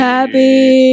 Happy